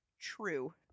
true